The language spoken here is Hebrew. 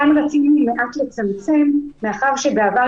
כאן רצינו מעט לצמצם מאחר שבעבר,